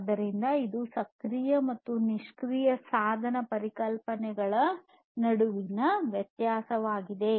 ಆದ್ದರಿಂದ ಇದು ಸಕ್ರಿಯ ಮತ್ತು ನಿಷ್ಕ್ರಿಯ ಸಾಧನ ಪರಿಕಲ್ಪನೆಗಳ ನಡುವಿನ ವ್ಯತ್ಯಾಸವಾಗಿದೆ